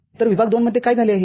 तर विभाग II मध्ये काय झाले आहे